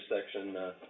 section